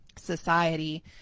society